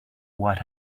what